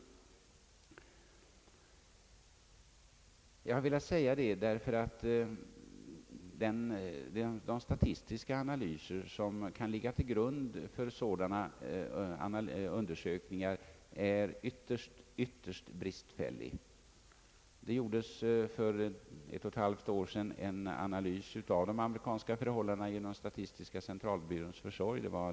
Jag har velat säga detta med hänsyn till att de statistiska analyser, som kan ligga till grund för sådana undersökningar, är ytterst bristfälliga. För ett och ett halvt år sedan gjordes genom statistiska centralbyråns försorg en analys av de amerikanska förhållandena.